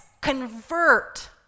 convert